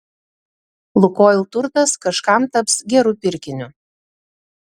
lukoil turtas kažkam taps geru pirkiniu